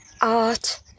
art